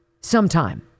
sometime